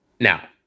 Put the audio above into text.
Now